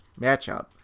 matchup